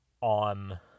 on